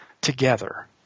together